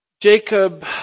Jacob